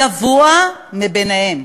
הגבוה בהם.